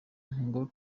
ngo